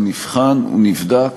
הוא נבחן, הוא נבדק.